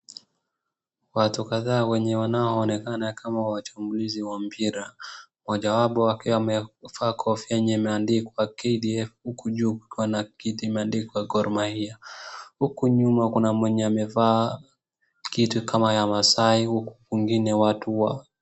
Watu kadhaa wenye wanaoonekana kama wachambulizi wa mpira mmojawapo akiwa amevaa kofia yenye imeandikwa KDF huku juu akiwa na kitu imeandikwa Gor Mahia. Huku nyuma kuna mwenye amevaa kitu kama ya Masai huku kwingine watu wa.